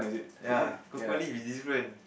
ya cocoa leaf is different